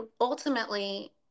ultimately